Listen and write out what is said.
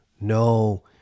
no